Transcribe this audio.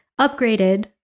upgraded